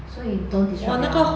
so it don't destruct my